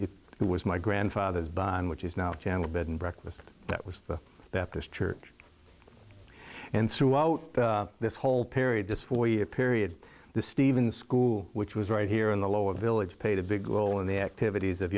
it was my grandfather's by which is now channel bed and breakfast that was the baptist church and throughout this whole period this four year period the stevens school which was right here in the lower village paid a big role in the activities of